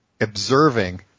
observing